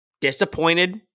Disappointed